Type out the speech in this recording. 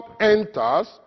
enters